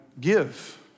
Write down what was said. give